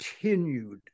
continued